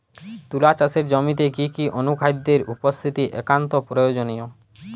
তুলা চাষের জমিতে কি কি অনুখাদ্যের উপস্থিতি একান্ত প্রয়োজনীয়?